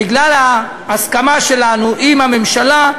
בגלל ההסכמה שלנו עם הממשלה,